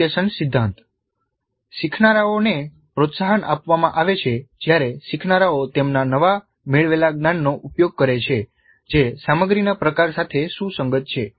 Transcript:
application સિદ્ધાંત શીખનારાઓને પ્રોત્સાહન આપવામાં આવે છે જ્યારે શીખનારાઓ તેમના નવા મેળવેલા જ્ઞાનનો ઉપયોગ કરે છે જે સામગ્રીના પ્રકાર સાથે સુસંગત છે